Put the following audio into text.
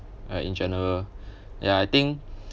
right in general ya I think